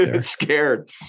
scared